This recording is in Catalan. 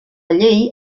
llei